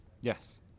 Yes